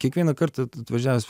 kiekvieną kartą atvažiavęs